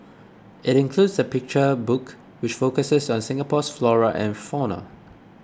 it includes a picture book which focuses on Singapore's flora and fauna